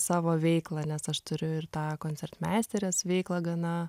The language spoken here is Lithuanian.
savo veiklą nes aš turiu ir tą koncertmeisterės veiklą gana